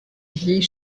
vieille